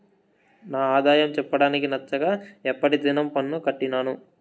నా ఆదాయం చెప్పడానికి నచ్చక ఎప్పటి దినం పన్ను కట్టినాను